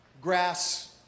grass